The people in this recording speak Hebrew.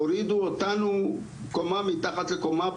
הורידו אותנו קומה מתחת לקומה,